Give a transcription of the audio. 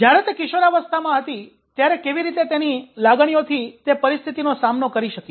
જ્યારે તે કિશોરાવસ્થામાં હતી ત્યારે કેવી રીતે તેની લાગણીઓથી તે પરિસ્થિતિનો સામનો કરી શકી